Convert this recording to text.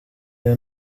iyo